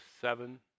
seven